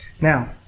Now